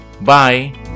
Bye